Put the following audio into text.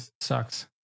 sucks